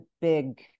big